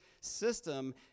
system